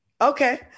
okay